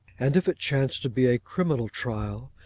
and if it chanced to be a criminal trial,